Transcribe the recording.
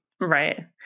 Right